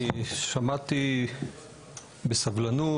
אני שמעתי בסבלנות.